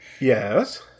Yes